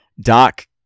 Doc